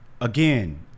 Again